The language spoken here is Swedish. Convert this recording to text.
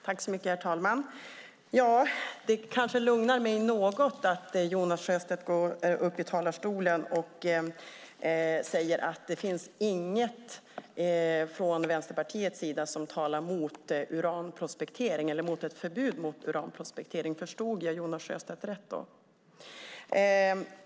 Herr talman! Det kanske lugnar mig något att Jonas Sjöstedt går upp i talarstolen och säger att det inte finns något från Vänsterpartiets sida som talar för ett förbud mot uranprospektering. Förstod jag Jonas Sjöstedt rätt då?